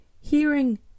hearing